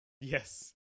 Yes